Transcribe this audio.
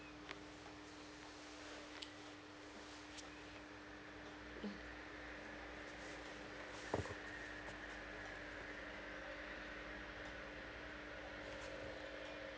mm